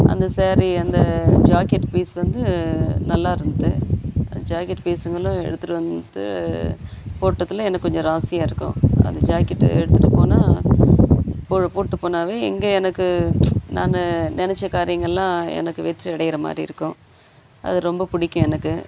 அந்த சேரீ அந்த jacket piece வந்து நல்லா இருந்தது ஜாக்கெட் பீஸ்ஸுங்களும் எடுத்துட்டு வந்து போட்டதில் எனக்கு கொஞ்சம் ராசியாக இருக்கும் அந்த ஜாக்கெட்டு எடுத்துட்டு போனால் போட்டுட்டு போனால் இங்கே எனக்கு நான் நினச்ச காரியங்கயெல்லாம் எனக்கு வெற்றி அடைகிற மாதிரி இருக்கும் அது ரொம்ப பிடிக்கும் எனக்கு